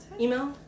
email